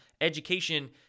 education